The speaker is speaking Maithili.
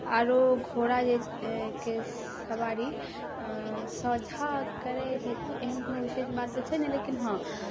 आओर घोड़ाके सवारी साझा करै हेतु एहन कोनो विशेष बात छै नहि लेकिन हँ